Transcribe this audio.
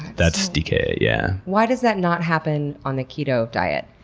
that's dka. yeah why does that not happen on the keto diet?